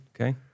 Okay